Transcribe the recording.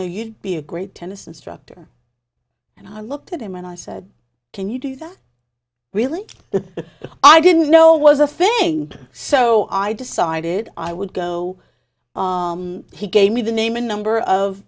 know you'd be a great tennis instructor and i looked at him and i said can you do that really that i didn't know was a thing so i decided i would go he gave me the name and number of